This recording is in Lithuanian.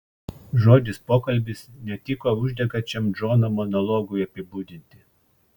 žodis pokalbis netiko uždegančiam džono monologui apibūdinti